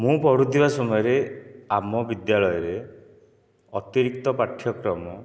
ମୁଁ ପଢ଼ୁଥିବା ସମୟରେ ଆମ ବିଦ୍ୟାଳୟରେ ଅତିରିକ୍ତ ପାଠ୍ୟକ୍ରମ